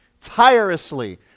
tirelessly